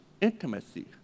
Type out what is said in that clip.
intimacy